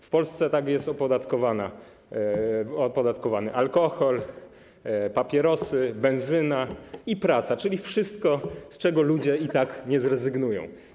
W Polsce tak są opodatkowane alkohol, papierosy, benzyna i praca, czyli wszystko, z czego ludzie i tak nie zrezygnują.